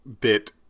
bit